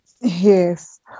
Yes